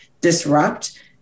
disrupt